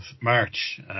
March